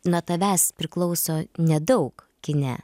nuo tavęs priklauso nedaug kine